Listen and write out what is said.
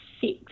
six